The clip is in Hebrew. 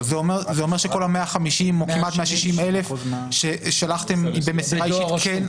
זה אומר שכל אותם 150,000 או כמעט 160,000 ששלחתם במסירה אישית כן?